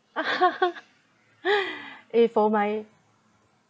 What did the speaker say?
eh for my